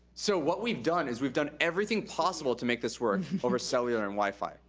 so what we've done is we've done everything possible to make this work over cellular and wifi.